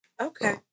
Okay